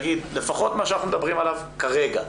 לפחות מה שאנחנו מדברים עליו כרגע,